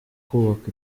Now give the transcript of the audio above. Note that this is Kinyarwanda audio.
kubaka